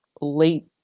late